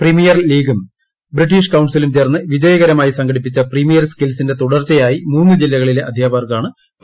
premier ലീഗും British കൌൺസിലും ചേർന്ന് വിജയകരമായി സംഘടിപ്പിച്ച പ്രീമിയർ സ്കിൽസിന്റെ തുടർച്ചയായി മൂന്നുജില്ലകളിലെ അധ്യാപകർക്കാണ് പരിശീലനം നൽകുന്നത്